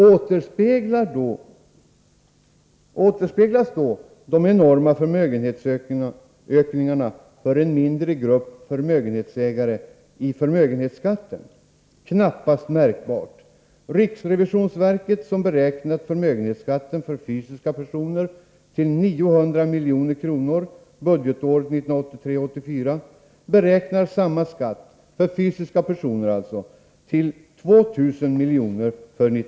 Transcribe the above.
Återspeglas då de enorma förmögenhetsökningarna för en mindre grupp förmögenhetsägare i förmögenhetsskatten? Knappast märkbart. Riksrevisionsverket, som beräknat förmögenhetsskatten för fysiska personer till 900 milj.kr. budgetåret 1983 85.